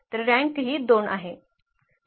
तर रँक हि 2 आहे